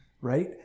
right